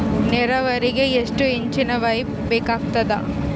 ನೇರಾವರಿಗೆ ಎಷ್ಟು ಇಂಚಿನ ಪೈಪ್ ಬೇಕಾಗುತ್ತದೆ?